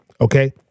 Okay